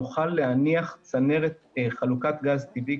נוכל להניח צנרת חלוקת גז טבעי,